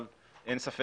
אבל אין ספק